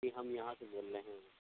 جی ہم یہاں سے بول رہے ہیں